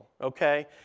Okay